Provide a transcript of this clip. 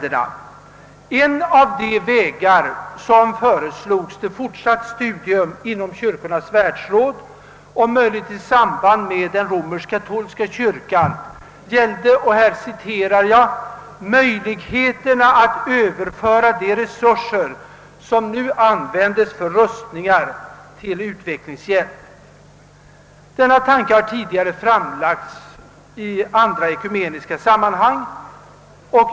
En av de metoder som föreslås studeras inom Kyrkornas världsråd, om möjligt i samband med den romersk-katolska kyrkan, var »möjligheterna att överföra de resurser, som nu används för rustningar, till utvecklingshjälp». Denna tanke har tidigare framförts i andra ekumeniska sammanhang.